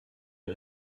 les